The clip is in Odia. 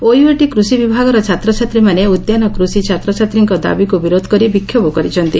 ଓୟୁଏଟି କୃଷି ବିଭାଗର ଛାତ୍ରଛାତ୍ରୀମାନେ ଉଦ୍ୟାନ କୃଷି ଛାତ୍ରଛାତ୍ରୀଙ୍କ ଦାବିକୁ ବିରୋଧ କରି ବିକ୍ଷୋଭ କରିଛନ୍ତି